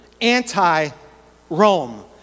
anti-Rome